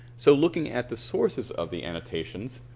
so looking at the sources of the annotations,